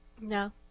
No